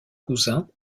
cousin